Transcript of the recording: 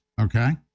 Okay